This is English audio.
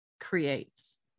creates